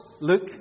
Luke